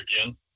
again